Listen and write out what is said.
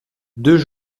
deux